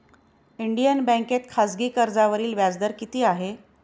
Indian बँकेत खाजगी कर्जावरील व्याजदर किती आहे?